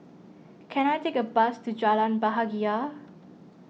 can I take a bus to Jalan Bahagia